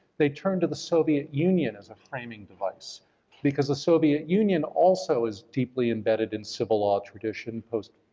they turned to the soviet union as a framing device because the soviet union also is deeply embedded in civil law tradition post,